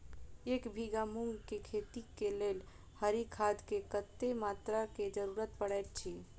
एक बीघा मूंग केँ खेती केँ लेल हरी खाद केँ कत्ते मात्रा केँ जरूरत पड़तै अछि?